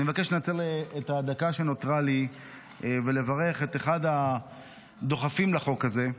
אני מבקש לנצל את הדקה שנותרה לי ולברך את אחד הדוחפים לחוק הזה,